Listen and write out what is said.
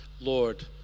Lord